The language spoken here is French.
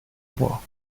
roi